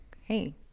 hey